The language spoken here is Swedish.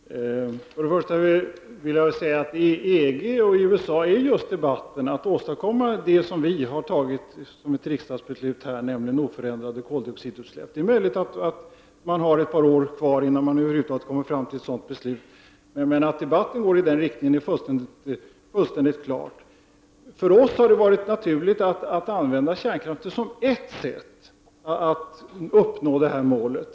Herr talman! Först vill jag säga att debatten just nu inom EG och i USA handlar om att åstadkomma det som riksdagen har fattat beslut om, nämligen oförändrade koldioxidutsläpp. Det är möjligt att man i dessa länder har några år kvar innan man kommer fram till ett sådant beslut, men det är fullständigt klart att debatten går i den riktningen. För oss moderater har det varit naturligt att använda kärnkraften som ett sätt att uppnå målet.